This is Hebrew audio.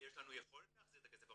יש לנו יכולת להחזיר את הכסף",